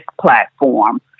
platform